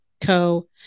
co